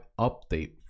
update